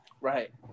Right